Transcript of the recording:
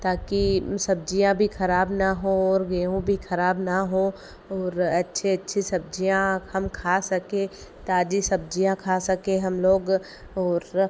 ताकि सब्ज़ियाँ भी ख़राब ना हों और गेहूं भी ख़राब ना हो ओर अच्छे अच्छे सब्ज़ियाँ हम खा सकें ताज़ी सब्ज़ियाँ खा सकें हम लोग और